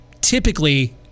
typically